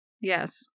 Yes